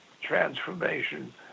transformation